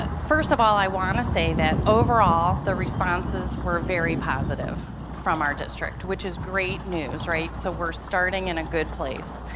ah first of all i want to say that overall the responses were very positive from our district which is great news right so we're starting in a good place.